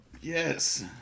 yes